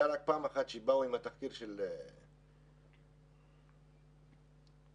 פעם אחת באו עם התחקיר של גיל משהו,